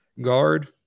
guard